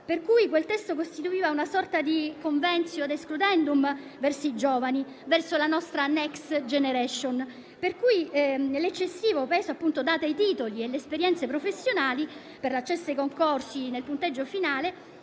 in quanto costituiva una sorta di *c*onventio ad excludendum** verso i giovani, verso la nostra *next generation.* L'eccessivo peso dato ai titoli e alle esperienze professionali per l'accesso ai concorsi nel punteggio finale